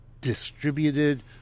distributed